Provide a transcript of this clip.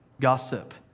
Gossip